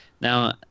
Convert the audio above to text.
Now